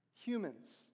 Humans